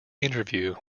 interview